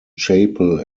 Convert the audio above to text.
chapel